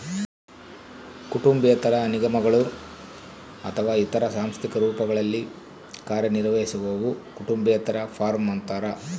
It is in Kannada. ಕುಟುಂಬೇತರ ನಿಗಮಗಳು ಅಥವಾ ಇತರ ಸಾಂಸ್ಥಿಕ ರೂಪಗಳಲ್ಲಿ ಕಾರ್ಯನಿರ್ವಹಿಸುವವು ಕುಟುಂಬೇತರ ಫಾರ್ಮ ಅಂತಾರ